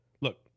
Look